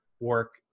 work